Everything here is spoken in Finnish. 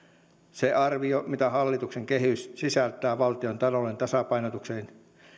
se arvio mitä hallituksen kehys sisältää valtion talouden tasapainotuksen